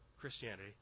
Christianity